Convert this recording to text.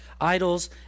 idols